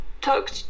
talk